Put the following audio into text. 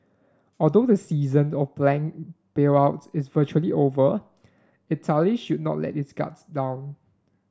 although the season of bank bailouts is virtually over Italy should not let its guard down